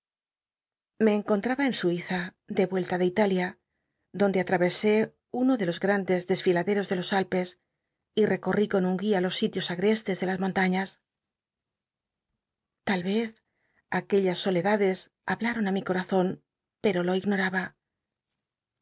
le encontraba en suiza de mella de italia donde atravesé uno de los r andes desllladeros de los a pes y rccorrí con un guia los sitios agrestes de las montaiías tal ez aquellas soledades hablaron á mi corazon pero lo ignoraba